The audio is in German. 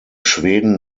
schweden